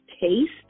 taste